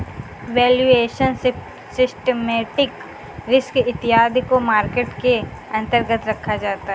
valuation, systematic risk इत्यादि को market के अंतर्गत रखा जाता है